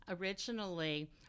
originally